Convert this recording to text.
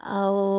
ଆଉ